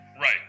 Right